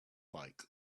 like